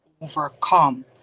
overcome